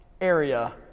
area